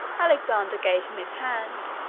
alexander gave him his hand,